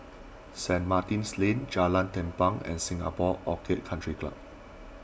Saint Martin's Lane Jalan Tampang and Singapore Orchid Country Club